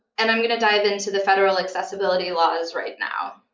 and i'm going to dive into the federal accessibility laws right now.